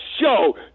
Show